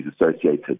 associated